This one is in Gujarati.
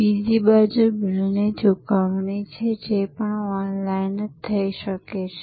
બીજી બાજુ બિલની ચૂકવણી છે જે પણ ઓનલાઈન જ થઇ શકે છે